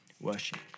worship